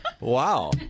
Wow